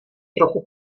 trochu